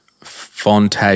Fonte